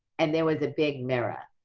and there was a big mirror.